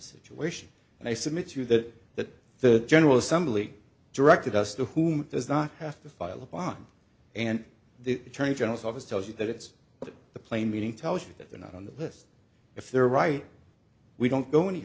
situation and i submit to you that that the general assembly directed us to whom does not have to file a bond and the attorney general's office tells you that it's the plain meaning tells you that they're not on the list if they're right we don't go any